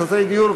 חסרי דיור,